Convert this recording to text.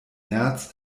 nerz